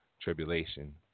tribulation